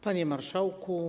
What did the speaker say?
Panie Marszałku!